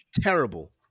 terrible